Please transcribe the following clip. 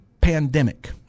pandemic